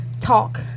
talk